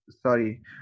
Sorry